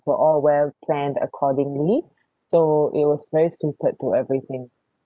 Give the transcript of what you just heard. were all well-planned accordingly so it was very suited to everything